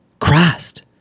Christ